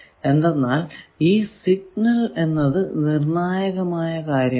എന്തെന്നാൽ ഈ സിഗ്നൽ എന്നത് നിർണായകമായ കാര്യമാണ്